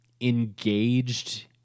engaged